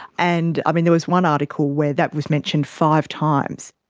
and i mean there was one article where that was mentioned five times.